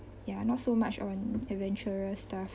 ya not so much on adventurous stuff